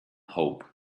hope